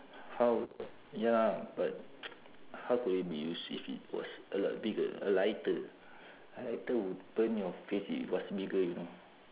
how ya but how could it be used if it was a lot bigger a lighter a lighter would burn your face if it was bigger you know